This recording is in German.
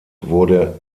wurde